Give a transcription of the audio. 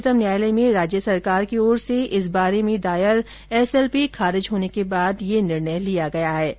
उच्चतम न्यायालय में राज्य सरकार की ओर से इस बारे में दायर एसएलपी खारिज होने के बाद यह निर्णय लिया गया है